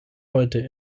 heute